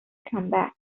combat